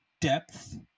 depth